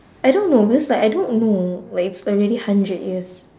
I don't know because like I don't know like it's already hundred years